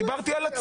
דיברתי על עצמי.